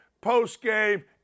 post-game